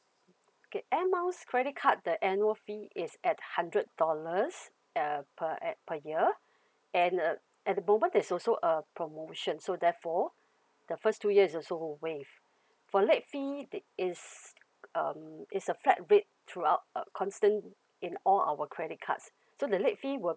okay air miles credit card the annual fee is at hundred dollars uh per at per year and the at the moment there's also a promotion so therefore the first two years also waived for late fee the is um is a flat rate throughout uh constant in all our credit cards so the late fee will